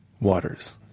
waters